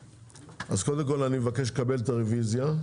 אז קודם כל אני מבקש לקבל את הרוויזיה,